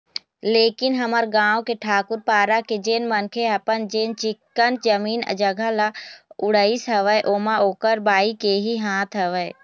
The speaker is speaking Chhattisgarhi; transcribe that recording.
लेकिन हमर गाँव के ठाकूर पारा के जेन मनखे ह अपन जेन चिक्कन जमीन जघा ल उड़ाइस हवय ओमा ओखर बाई के ही हाथ हवय